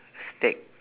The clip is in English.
stack